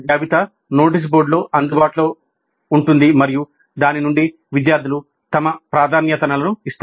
జాబితా నోటీసు బోర్డులో అందుబాటులో ఉంది మరియు దాని నుండి విద్యార్థులు తమ ప్రాధాన్యతలను ఇస్తారు